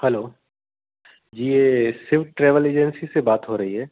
hello जी ये Shiv travel agency से बात हो रही है